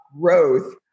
growth